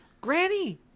Granny